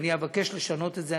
ואני אבקש לשנות את זה.